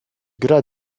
gra